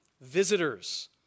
visitors